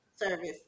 service